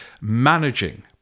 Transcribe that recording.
managing